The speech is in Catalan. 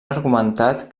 argumentat